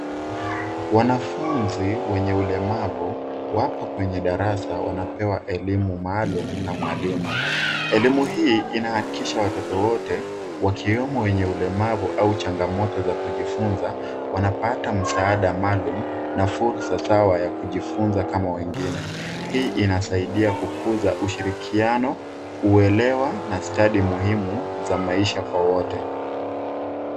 Wanafunzi wenye ulemavu wapo kwenye darasa wanapewa elimu maalum na mwalimu. Elimu hii inahakikisha watoto wote, wakiwemo wenye ulemavu au changamoto za kujifunza, wanapata msaada maalum na fursa sawa ya kujifunza kama wengine. Hii inasaidia kukuza ushirikiano, uelewa na stadi muhimu za maisha kwa wote.